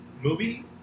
movie